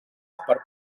per